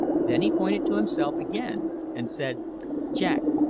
then he pointed to himself again and said jack,